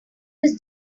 his